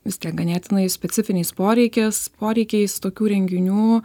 vis tiek ganėtinai specifiniais poreikis poreikiais tokių renginių